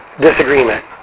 disagreement